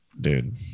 Dude